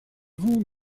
vous